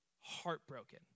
heartbroken